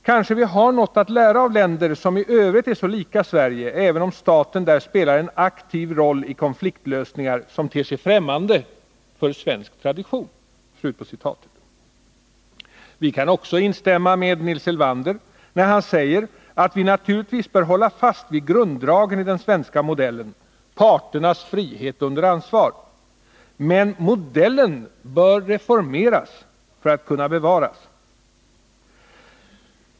Kanske vi kan ha något att lära av länder som i övrigt är så lika Sverige, även om staten där spelar en aktiv roll i konfliktlösningar som ter sig främmande för svensk tradition.” Vi kan också instämma med Nils Elvander när han säger att vi naturligtvis bör hålla fast vid grunddragen i den svenska modellen — parternas frihet under ansvar. Men modellen behöver reformeras för att kunna bevaras.